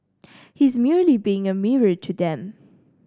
he's merely being a mirror to them